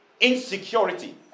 Insecurity